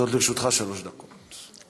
עומדות לרשותך שלוש דקות.